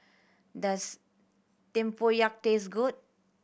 does tempoyak taste good